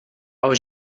was